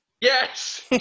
yes